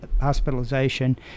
hospitalization